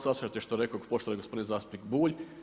Saslušajte što je rekao poštovani gospodin zastupnik Bulj.